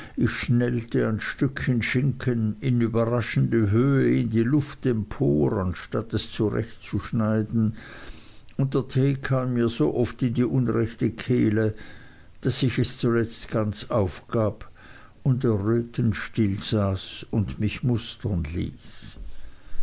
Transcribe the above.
schnellte ein stückchen schinken in überraschende höhe in die luft empor anstatt es zurechtzuschneiden und der tee kam mir so oft in die unrechte kehle daß ich es zuletzt ganz aufgab und errötend still saß und mich mustern ließ